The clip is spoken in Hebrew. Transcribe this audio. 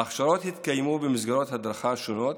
ההכשרות יתקיימו במסגרות הדרכה שונות,